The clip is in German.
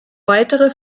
weitere